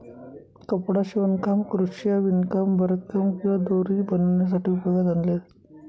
कपडा शिवणकाम, क्रोशिया, विणकाम, भरतकाम किंवा दोरी बनवण्यासाठी उपयोगात आणले जाते